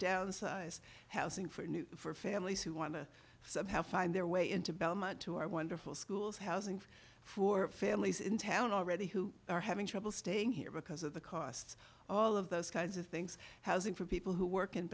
downsize housing for new for families who want to somehow find their way into belmont to our wonderful schools housing for families in town already who are having trouble staying here because of the costs all of those kinds of things housing for people who work in